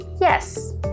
Yes